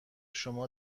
شما